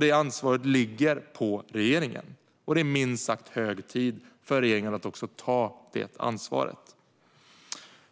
Detta ansvar ligger på regeringen, och det är minst sagt hög tid för regeringen att ta detta ansvar.